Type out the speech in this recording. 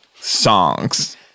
songs